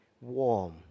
warm